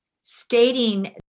stating